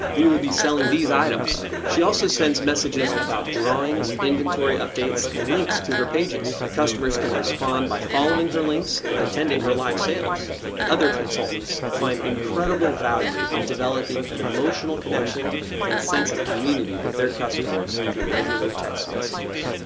we will be selling these items. she also sends messages about drawings, inventory updates, and links to her pages. customers can respond by following her links and attending her live sales. andrea and other consultants find incredible value in developing an emotional connection and sense of community with their customers through regular text messages.